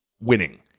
winning